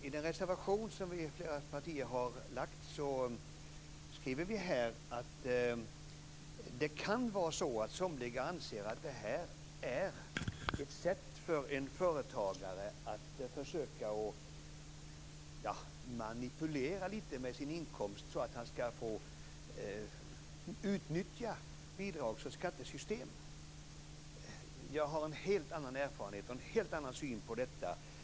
I den reservation som flera partier har lagt fram skriver vi att det kan vara så att somliga anser att detta är ett sätt för en företagare att försöka manipulera lite med sin inkomst och utnyttja bidrags och skattesystem. Jag har en helt annan erfarenhet och en helt annan syn på detta.